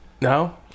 No